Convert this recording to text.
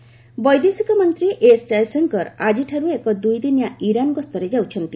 Jaishankar Iran ବୈଦେଶିକମନ୍ତ୍ରୀ ଏସ୍ଜୟଶଙ୍କର ଆଜିଠାରୁ ଏକ ଦୁଇଦିନିଆ ଇରାନ ଗସ୍ତରେ ଯାଉଛନ୍ତି